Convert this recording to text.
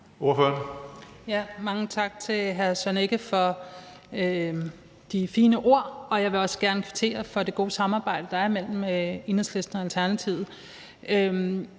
Mange tak til hr. Søren Egge Rasmussen for de fine ord, og jeg vil også gerne kvittere for det gode samarbejde, der er mellem Enhedslisten og Alternativet.